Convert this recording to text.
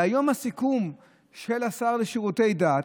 והיום, הסיכום של השר לשירותי דת,